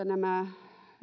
nämä